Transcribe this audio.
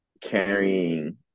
carrying